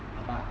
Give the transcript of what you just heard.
but but